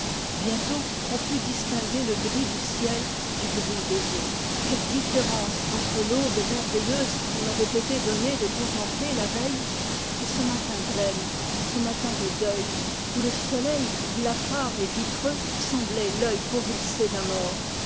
bientôt on put distinguer le gris du ciel du gris des eaux quelle différence entre l'aube merveilleuse qu'il m'avait été donné de contempler la veille et ce matin blême ce matin de deuil où le soleil blafard et vitreux semblait l'œil convulsé d'un mort